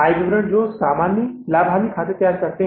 आय विवरण जो हम सामान्य लाभ और हानि खाता तैयार करते हैं